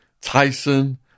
Tyson